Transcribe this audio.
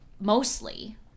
mostly